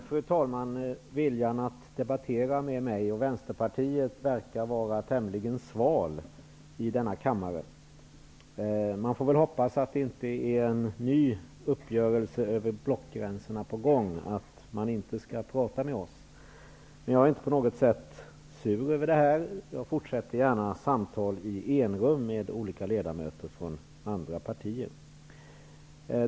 Fru talman! Viljan att debattera med mig och Vänsterpartiet verkar vara tämligen sval i denna kammare. Man får väl hoppas att det inte är en ny uppgörelse över blockgränserna på gång att man inte skall prata med oss. Jag är inte på något sätt sur över detta. Jag fortsätter gärna samtal i enrum med olika ledamöter från andra partier.